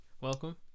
welcome